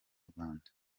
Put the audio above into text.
rwanda